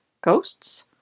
Ghosts